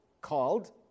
called